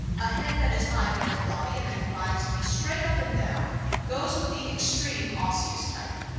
a head that is high for his body and inclines to be straight up and down goes with the extreme osseous type.